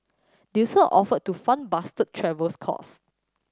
they also offered to fund Bastard's travel costs